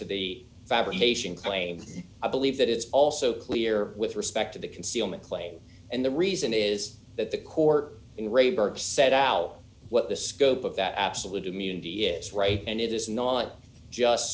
fabrication claim i believe that is also clear with respect to the concealment claim and the reason is that the court in rayburn set out what the scope of that absolute immunity is right and it is not just